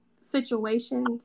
situations